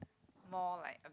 more like